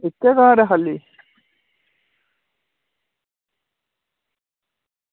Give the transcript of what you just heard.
इक्क घर ऐ खाल्ली